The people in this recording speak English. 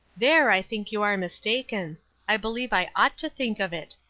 there i think you are mistaken i believe i ought to think of it.